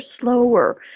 slower